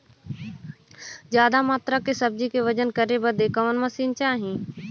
ज्यादा मात्रा के सब्जी के वजन करे बदे कवन मशीन चाही?